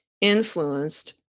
influenced